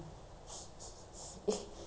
whatever you did in the morning didn't work